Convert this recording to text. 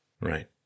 Right